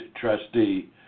trustee